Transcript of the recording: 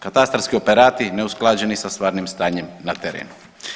Katastarski operati neusklađeni sa stvarnim stanjem na terenu.